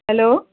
hello